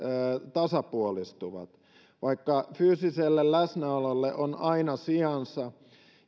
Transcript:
tasapuolistuvat vaikka fyysiselle läsnäololle on aina sijansa